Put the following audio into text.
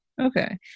Okay